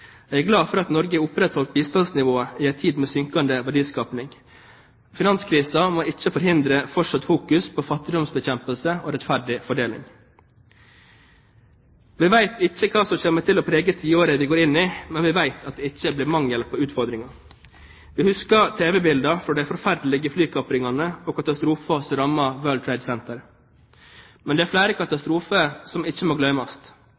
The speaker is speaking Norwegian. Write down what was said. Jeg er glad for at Norge har opprettholdt bistandsnivået i en tid med synkende verdiskaping. Finanskrisen må ikke hindre fortsatt fokusering på fattigdomsbekjempelse og rettferdig fordeling. Vi vet ikke hva som kommer til å prege tiåret vi går inn i, men vi vet at det ikke blir mangel på utfordringer. Vi husker tv-bildene fra de forferdelige flykapringene og katastrofen som rammet World Trade Center. Men det er flere katastrofer som ikke må glemmes: